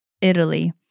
Italy